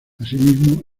asimismo